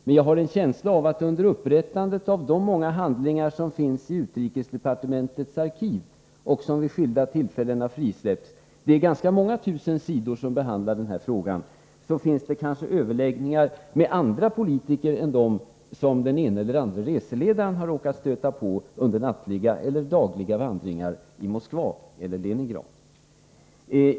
Men jag har en känsla av att det i de många handlingar som finns i utrikesdepartementets arkiv och som vid skilda tillfällen frisläppts — det rör sig om många tusen sidor — finner man kanske redogörelser för överläggningar med andra politiker än dem som den ene eller andre reseledaren har träffat under nattliga eller dagliga vandringar i Moskva eller Leningrad.